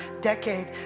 decade